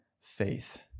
faith